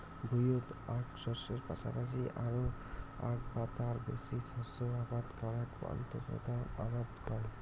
ভুঁইয়ত আক শস্যের পাশাপাশি আরো আক বা তার বেশি শস্য আবাদ করাক আন্তঃপোতা আবাদ কয়